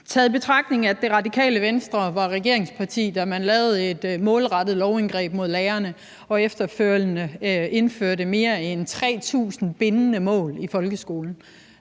Taget i betragtning at Radikale Venstre var regeringsparti, da man lavede et målrettet lovindgreb mod lærerne og efterfølgende indførte mere end 3.000 bindende mål i folkeskolen,